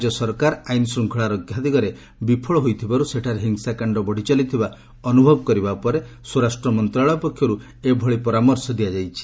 ରାଜ୍ୟ ସରକାର ଆଇନ୍ ଶୃଙ୍ଖଳା ରକ୍ଷା ଦିଗରେ ବିଫଳ ହୋଇଥିବାରୁ ସେଠାରେ ହିଂସାକାଣ୍ଡ ବଢ଼ି ଚାଲିଥିବା ଅନୁଭବ କରିବା ପରେ ସ୍ୱରାଷ୍ଟ୍ର ମନ୍ତ୍ରଣାଳୟ ପକ୍ଷରୁ ଏଭଳି ପରାମର୍ଶ ଦିଆଯାଇଛି